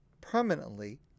permanently